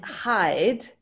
hide